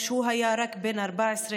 כשהוא היה רק בן 14,